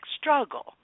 struggle